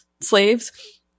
slaves